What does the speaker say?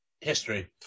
history